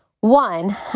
One